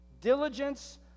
Diligence